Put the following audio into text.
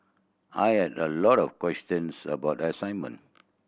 I had a lot of questions about the assignment